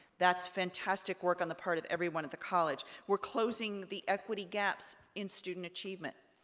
that's fantastic work on the part of everyone at the college. we're closing the equity gaps in student achievement.